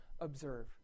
observe